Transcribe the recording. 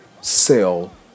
sell